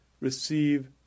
receive